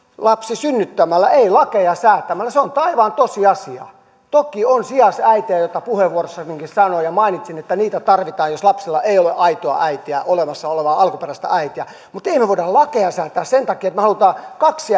lapsi synnyttämällä ei lakeja säätämällä se on taivaan tosiasia toki on sijaisäitejä minkä puheenvuorossanikin sanoin ja mainitsin että heitä tarvitaan jos lapsella ei ole aitoa äitiä olemassa olevaa alkuperäistä äitiä mutta emme me voi lakeja säätää sen takia että me haluamme kaksi